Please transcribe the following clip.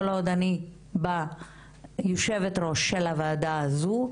כל עוד אני יושבת הראש של הוועדה הזו,